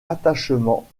attachement